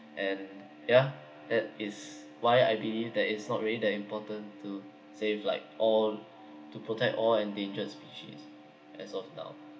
and yeah that is why I believe that it's not really that important to save like all to protect all endangered species as of now